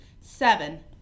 seven